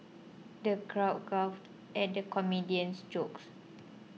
the crowd guffawed at the comedian's jokes